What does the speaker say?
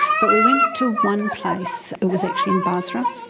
but we went to one place, it was actually in basra,